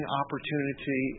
opportunity